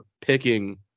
picking